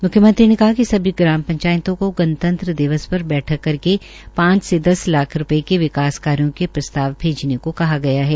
मुख्यमंत्री ने कहा िक सभी ग्राम पंचायतों को गणतंत्र दिवस पर बैठक कर करके पांस से दस लाख रूपये के विकास कार्यो के प्रस्ताव भेजने को कहा गया है